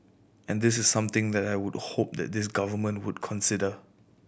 and this is something that I would hope that this Government would consider